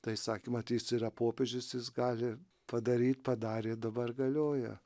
tai sakė mat jis yra popiežius jis gali padaryt padarė dabar galioja